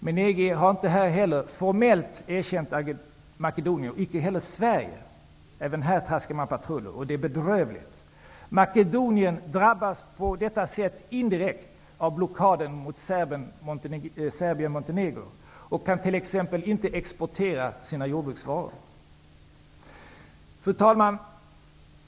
Men EG har formellt inte erkänt Makedonien. Det har icke heller Sverige gjort. Även på den här punkten traskas det patrull, vilket är bedrövligt. På detta sätt drabbas Makedonien indirekt av blockaden av Serbien-Montenegro och kan exempelvis inte exportera sina jordbruksvaror. Fru talman!